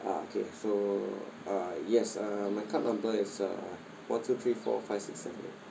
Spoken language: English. ah okay so uh yes uh my card number is uh one two three four five six seven eight